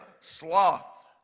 sloth